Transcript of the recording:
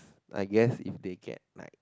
I guess if they get like